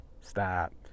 stop